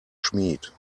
schmied